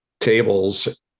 tables